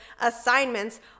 assignments